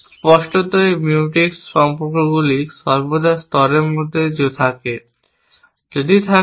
স্পষ্টতই মিউটেক্স সম্পর্কগুলি সর্বদা স্তরের মধ্যে থাকে যদি থাকে